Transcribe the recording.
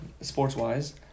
sports-wise